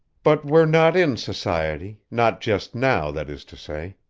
but we're not in society not just now, that is to say.